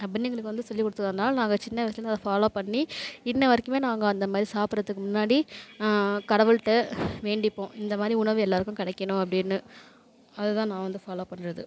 அப்படின்னு எங்களுக்கு வந்து சொல்லி கொடுத்ததுனால நாங்கள் சின்ன வயசுலேருந்து அதை ஃபாலோ பண்ணி இன்ன வரைக்குமே நாங்கள் அந்தமாதிரி சாப்பிட்றதுக்கு முன்னாடி கடவுள்கிட்ட வேண்டிப்போம் இந்தமாதிரி உணவு எல்லாருக்கும் கிடைக்கணும் அப்படின்னு அதுதான் நான் வந்து ஃபாலோ பண்ணுறது